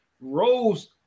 rose